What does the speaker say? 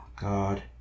God